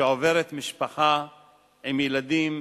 שעוברת משפחה עם ילדים